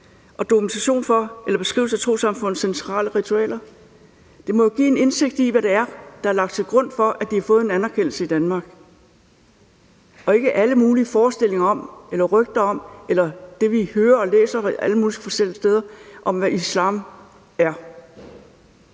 de afleveret som beskrivelse af trossamfundets centrale ritualer? Det må jo give en indsigt i, hvad der er lagt til grund for, at de har fået en anerkendelse i Danmark – i stedet for alle mulige forestillinger eller rygter eller det, vi hører og læser alle mulige forskellige steder, om, hvad islam er.